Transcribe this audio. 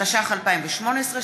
התשע"ח 2018,